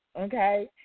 okay